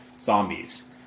zombies